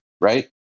Right